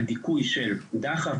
על דיכוי של דחף,